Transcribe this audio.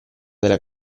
della